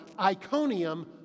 Iconium